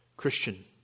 Christian